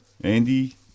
Andy